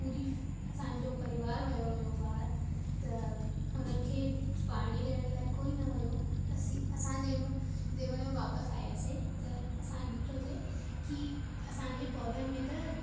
पूरी असांजो परिवार वियो हुओ ॿाहिरि त हुननि खे पाणी ॾियण लाइ कोई न हुओ असी असां जे जेमहिल वापसि आहियांसीं त असां ॾिठोसीं की असांजे पौधनि में त